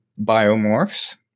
biomorphs